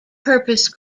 purpose